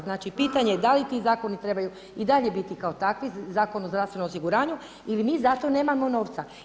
Znači, pitanje je, da li ti zakoni trebaju i dalje biti kao takvi – Zakon o zdravstvenom osiguranju – ili mi za to nemamo novca?